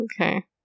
okay